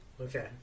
Okay